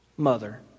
mother